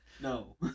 No